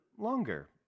longer